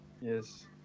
Yes